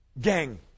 Gang